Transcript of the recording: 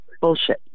bullshit